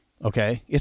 Okay